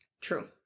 True